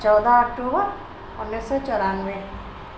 چودہ اکٹوبر انیس سو چورانوے